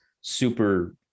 super